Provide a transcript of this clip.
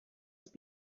must